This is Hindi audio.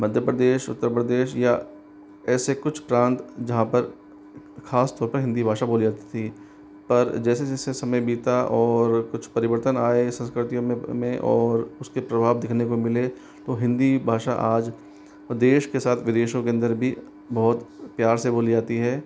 मध्य प्रदेश उत्तर प्रदेश या ऐसे कुछ प्रांत जहाँ पर खासतौर पर हिंदी भाषा बोली जाती थी पर जैसे जैसे समय बीता और कुछ परिवर्तन आए संस्कृतियों में और उसके प्रभाव देखने को मिले तो हिंदी भाषा आज प्रदेश के साथ विदेशों के अंदर भी बहुत प्यार से बोली जाती है